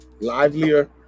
livelier